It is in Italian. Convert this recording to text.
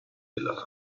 della